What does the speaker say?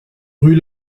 rue